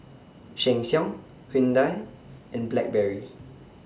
Sheng Siong Hyundai and Blackberry